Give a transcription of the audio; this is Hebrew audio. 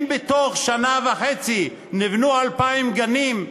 אם בתוך שנה וחצי נבנו 2,000 גנים,